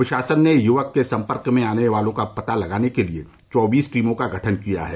प्रशासन ने युवक के संपर्क में आने वालों का पता लगाने के लिए चौबीस टीमों का गठन किया है